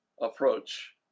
approach